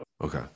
Okay